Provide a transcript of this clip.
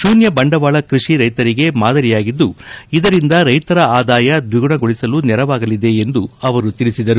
ಶೂನ್ಯ ಬಂಡವಾಳ ಕೃಷಿ ರೈತರಿಗೆ ಮಾದರಿಯಾಗಿದ್ದು ಇದರಿಂದ ರೈತರ ಆದಾಯ ದ್ವಿಗುಣಗೊಳಿಸಲು ನೆರವಾಗಲಿದೆ ಎಂದು ಹೇಳಿದ್ದಾರೆ